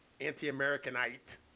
anti-Americanite